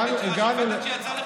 אמרת לי על השופטת שיצאה לחופשה.